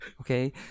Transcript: Okay